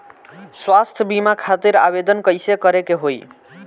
स्वास्थ्य बीमा खातिर आवेदन कइसे करे के होई?